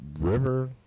river